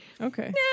Okay